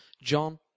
John